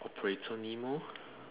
operator nemo